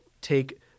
take